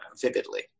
vividly